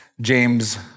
James